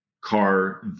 car